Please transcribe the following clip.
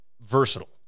versatile